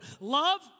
Love